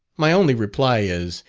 my only reply is,